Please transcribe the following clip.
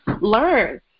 learn